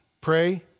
Pray